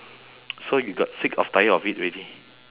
so you got sick of tired of it already